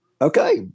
Okay